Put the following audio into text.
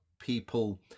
people